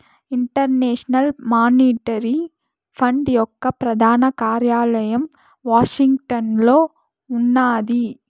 international Monetary Fund యొక్క ప్రధాన కార్యాలయం వాషింగ్టన్లో ఉన్నాది